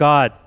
God